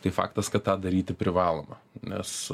tai faktas kad tą daryti privaloma nes